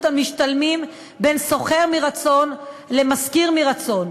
המשתלמים בין שוכר מרצון למשכיר מרצון,